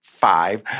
Five